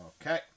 okay